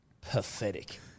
pathetic